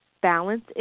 balance